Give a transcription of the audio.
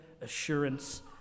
assurance